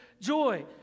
joy